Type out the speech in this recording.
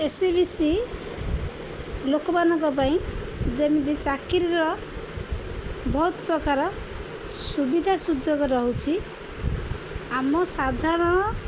ACBC ଲୋକମାନଙ୍କ ପାଇଁ ଯେମିତି ଚାକିରିର ବହୁତ ପ୍ରକାର ସୁବିଧା ସୁଯୋଗ ରହୁଛି ଆମ ସାଧାରଣ